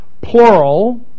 plural